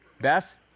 Beth